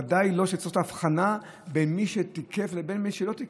ודאי צריך לעשות את ההבחנה בין מי שתיקף לבין מי שלא תיקף,